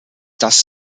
das